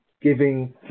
giving